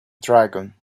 dragon